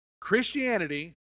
Christianity